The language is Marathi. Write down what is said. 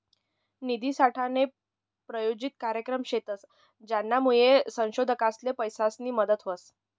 निधीनासाठे प्रायोजित कार्यक्रम शेतस, ज्यानामुये संशोधकसले पैसासनी मदत व्हस